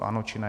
Ano, či ne?